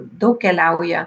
daug keliauja